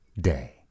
day